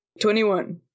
twenty-one